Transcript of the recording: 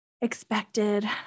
expected